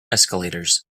escalators